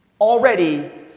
Already